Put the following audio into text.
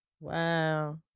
Wow